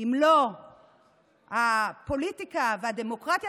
אם לא הפוליטיקה והדמוקרטיה